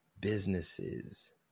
businesses